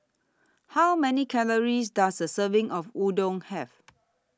How Many Calories Does A Serving of Udon Have